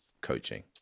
coaching